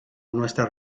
nuestra